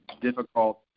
difficult